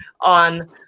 on